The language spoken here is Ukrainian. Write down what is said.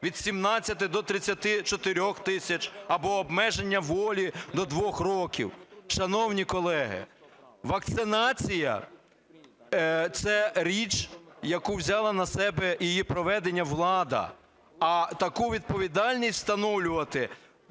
від 17 до 34 тисяч або обмеження волі до двох років. Шановні колеги, вакцинація – це річ, яку взяла на себе, її проведення, влада, а таку відповідальність встановлювати –